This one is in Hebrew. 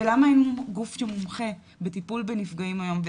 ולמה אין גוף שמומחה בטיפול בנפגעים היום?